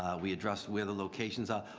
we address where the locations are.